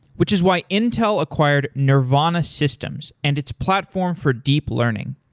which is why intel acquired nervana systems and its platform for deep learning.